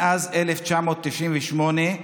מאז 1998,